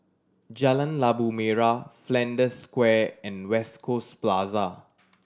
Jalan Labu Merah Flanders Square and West Coast Plaza